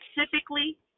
specifically